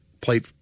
played